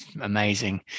Amazing